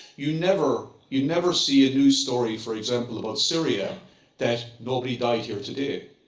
you never you never see a news story for example about syria that nobody died here today.